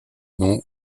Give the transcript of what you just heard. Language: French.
nom